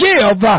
Give